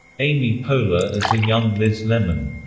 amy poehler as a young liz lemon.